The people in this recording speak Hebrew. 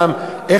לסיום.